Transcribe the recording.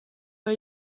are